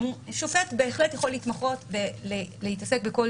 שופט בהחלט יכול להתמחות ולהתעסק בכל